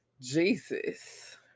Jesus